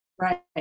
Right